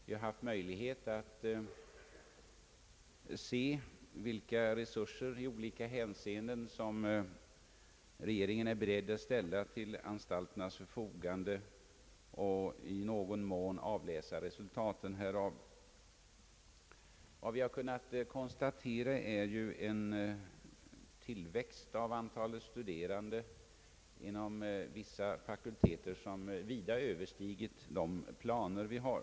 Vi har haft möjlighet att se vilka resurser i olika hänseenden, som regeringen är beredd att ställa till anstalternas förfogande, och i någon mån avläsa resultaten härav. Vad vi har kunnat konstatera är en tillväxt av antalet studerande inom vissa fakulteter, som vida Ööverstigit de planer vi har.